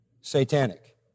Satanic